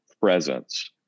presence